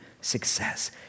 success